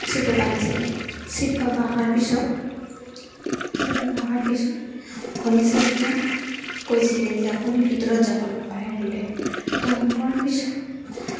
শিৱ বাবা আহিছিলে শিৱ বাবা অহাৰ পিছত শিৱ বাবা অহাৰ পিছত ক'লে যে তেতিয়া কৈছিলে যে আপুনি ভিতৰত যাব নাপায় বোলে তো নোপোৱাৰ পিছত